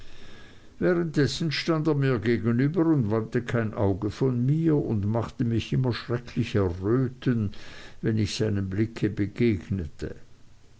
währenddessen stand er mir gegenüber und wandte kein auge von mir und machte mich immer schrecklich erröten wenn ich seinem blick begegnete